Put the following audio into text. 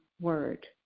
word